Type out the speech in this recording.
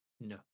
No